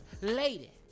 lady